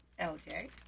LJ